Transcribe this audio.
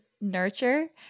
nurture